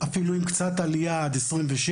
אפילו עם קצת עלייה עד 2026,